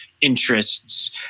interests